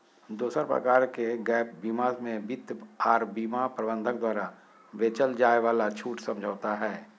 दोसर प्रकार के गैप बीमा मे वित्त आर बीमा प्रबंधक द्वारा बेचल जाय वाला छूट समझौता हय